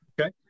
Okay